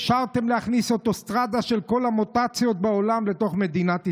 אפשרתם להכניס אוטוסטרדה של כל המוטציות בעולם לתוך מדינת ישראל?